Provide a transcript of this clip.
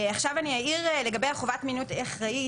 לגבי חובת מינוי אחראית,